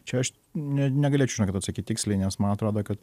čia aš ne negalėčiau atsakyt tiksliai nes man atrodo kad